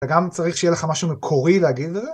אתה גם צריך שיהיה לך משהו מקורי להגיד לזה?